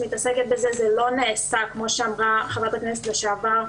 זה לא נעשה כמו שאמרה חברת הכנסת לשעבר.